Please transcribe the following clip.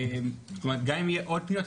גם אם יהיו עוד פניות,